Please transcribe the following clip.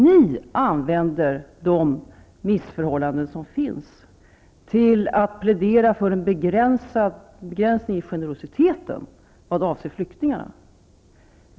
Ni använder de missförhållanden som finns till att plädera för en begränsning av generositeten visavi flyktingarna.